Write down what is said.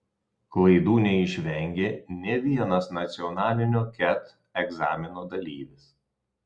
klaidų neišvengė nė vienas nacionalinio ket egzamino dalyvis